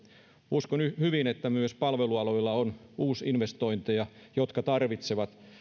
uskon hyvin että myös palvelualoilla on uusinvestointeja jotka tarvitsevat